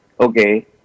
okay